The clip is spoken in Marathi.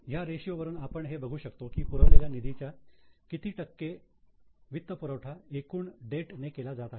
ह्या रेशियो वरून आपण हे बघतो की पुरवलेल्या निधीच्या किती टक्के वित्तपुरवठा एकूण डेट ने केला जात आहे